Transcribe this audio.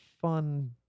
fun